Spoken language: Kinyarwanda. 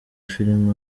filime